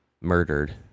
murdered